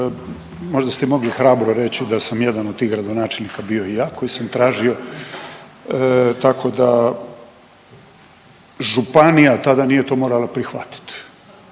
mada ste imali hrabro reći da sam jedan od tih gradonačelnika bio ja koji sam tražio tako da županija tada nije to morala prihvatiti.